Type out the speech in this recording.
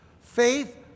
Faith